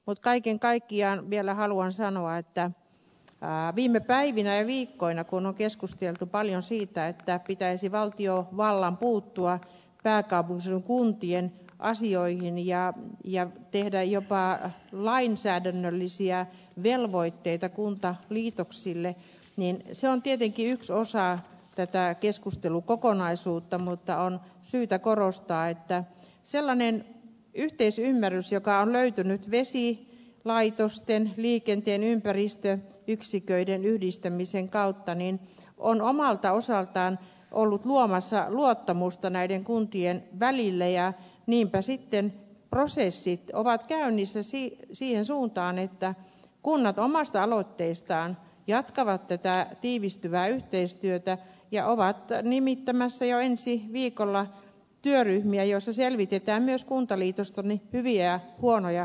mutta kaiken kaikkiaan vielä haluan sanoa että viime päivinä ja viikkoina kun on keskusteltu paljon siitä että pitäisi valtiovallan puuttua pääkaupunkiseudun kuntien asioihin ja tehdä jopa lainsäädännöllisiä velvoitteita kuntaliitoksille niin se on tietenkin yksi osa tätä keskustelukokonaisuutta mutta on syytä korostaa että sellainen yhteisymmärrys joka on löytynyt vesilaitosten liikenteen ympäristöyksiköiden yhdistämisen kautta on omalta osaltaan ollut luomassa luottamusta näiden kuntien välille ja niinpä sitten prosessit ovat käynnissä siihen suuntaan että kunnat omasta aloitteestaan jatkavat tätä tiivistyvää yhteistyötä ja ovat nimittämässä jo ensi viikolla työryhmiä joissa selvitetään myös kuntaliitosten hyviä ja huonoja puolia